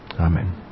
Amen